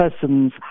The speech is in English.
persons